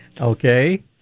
Okay